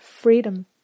freedom